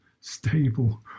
stable